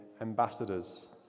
ambassadors